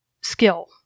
skill